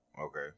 Okay